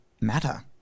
matter